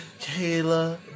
Kayla